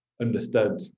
understood